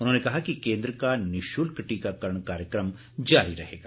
उन्होंने कहा कि केन्द्र का निशुल्क टीकाकरण कार्यक्रम जारी रहेगा